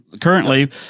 currently